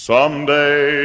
Someday